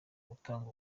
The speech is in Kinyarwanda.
gutanga